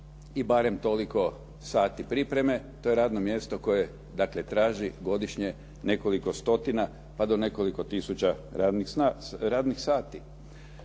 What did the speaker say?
i barem toliko sati pripreme, to je radno mjesto koje traži godišnje nekoliko stotina pa do nekoliko tisuća radnih sati.